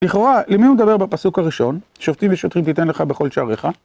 לכאורה, למי הוא מדבר בפסוק הראשון? שופטים ושוטרים תיתן לך בכל שעריך.